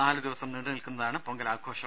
നാല് ദിവസം നീണ്ട്നിൽക്കുന്നതാണ് പൊങ്കലാഘോഷം